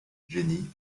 jenny